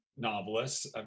novelists